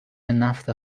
نفت